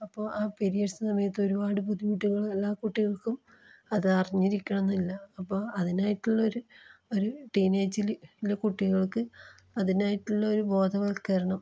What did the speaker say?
അപ്പോൾ ആ പീരിയഡ്സ് സമയത്ത് ഒരുപാട് ബുദ്ധിമുട്ടുകൾ എല്ലാ കുട്ടികൾക്കും അത് അറിഞ്ഞിരിക്കണമെന്നില്ല അപ്പോൾ അതിനായിട്ടുള്ളൊരു ഒരു ടീനേജിൽ കുട്ടികൾക്ക് അതിനായിട്ടുള്ളൊരു ബോധവൽക്കരണം